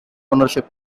ownership